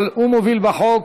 אבל הוא מוביל בחוק.